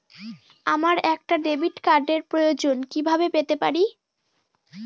আমার একটা ডেবিট কার্ডের প্রয়োজন কিভাবে পেতে পারি?